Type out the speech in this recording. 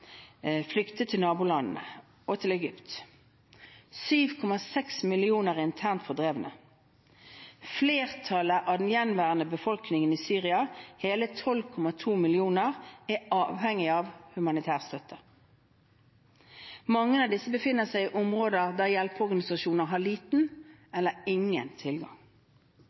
flyktet til nabolandene og til Egypt. 7,6 millioner er internt fordrevne. Flertallet av den gjenværende befolkningen i Syria, hele 12,2 millioner, er avhengig av humanitær støtte. Mange av disse befinner seg i områder der hjelpeorganisasjoner har liten eller ingen tilgang.